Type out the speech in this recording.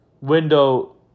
window